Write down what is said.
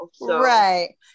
right